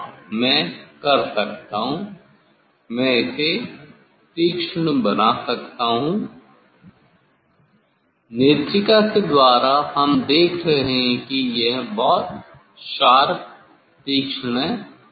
हां मैं कर सकता हूं मैं इसे तीक्षण बना सकता हूं नेत्रिका के द्वारा हम देख रहे हैं कि यह बहुत शार्प है